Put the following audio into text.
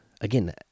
again